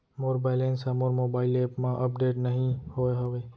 मोर balance हा मोर mobile app मा अपडेट नहीं होय हवे